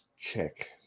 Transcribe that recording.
check